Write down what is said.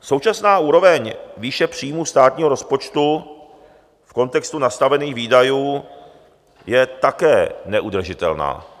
Současná úroveň výše příjmů státního rozpočtu v kontextu nastavených výdajů je také neudržitelná.